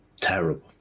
terrible